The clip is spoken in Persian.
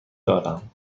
دارم